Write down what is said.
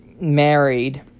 married